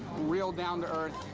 real down to earth.